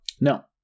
No